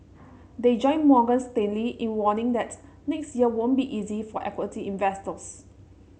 they join Morgan Stanley in warning that next year won't be easy for equity investors